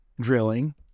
drilling